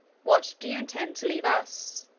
what do you intend to leave us?